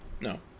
No